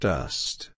Dust